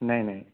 নাই নাই